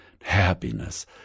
happiness